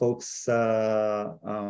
folks